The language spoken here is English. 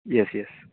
yes yes